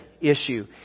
issue